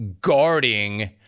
guarding